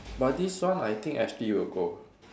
but this one I think Ashley will go